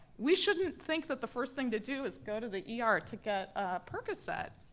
we shouldn't think that the first thing to do is go to the yeah ah er to get percocet.